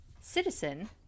citizen